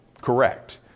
correct